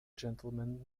gentlemen